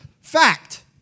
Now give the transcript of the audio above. Fact